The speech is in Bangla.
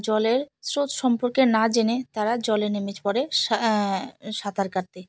জলের স্রোত সম্পর্কে না জেনে তারা জলে নেমে পড়ে সা সাঁতার কাটতে